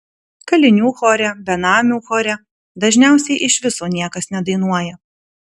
kalinių chore benamių chore dažniausiai iš viso niekas nedainuoja